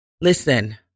Listen